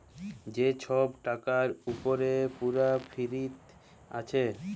যে ছব টাকার উপরে পুরা ফিরত আসে